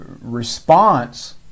response